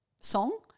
song